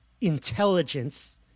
intelligence